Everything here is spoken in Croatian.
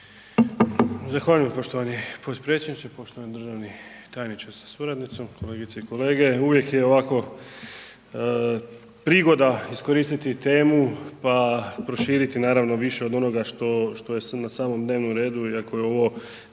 Zahvaljujem poštovani potpredsjedniče, poštovani državni tajniče sa suradnicom, kolegice i kolege. Uvijek je ovako prigoda iskoristiti temu pa proširiti naravno više od onoga što je na samom dnevnom redu iako je ovo